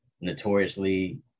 Notoriously